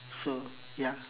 so ya